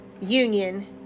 Union